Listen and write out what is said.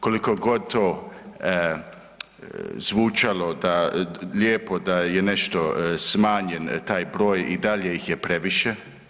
Koliko god to zvučalo lijepo da je nešto smanjen taj broj i dalje ih je previše.